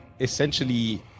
essentially